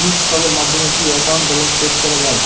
Missed কলের মাধ্যমে কি একাউন্ট ব্যালেন্স চেক করা যায়?